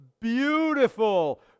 beautiful